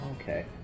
Okay